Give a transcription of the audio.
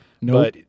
No